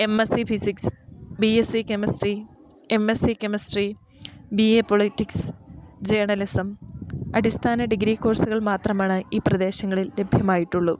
M S C physics B S C chemistry M S C chemistry B A politics journalism അടിസ്ഥാന degree കോഴ്സുകൾ മാത്രമാണ് ഈ പ്രദേശങ്ങളിൽ ലഭ്യമായിട്ടുള്ളൂ